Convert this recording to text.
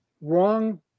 wrong